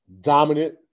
dominant